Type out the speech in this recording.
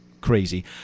crazy